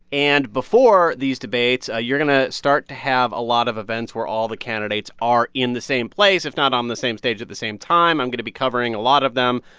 and before these debates, ah you're going to start to have a lot of events where all the candidates are in the same place, if not on the same stage at the same time. i'm going to be covering a lot of them.